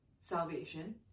salvation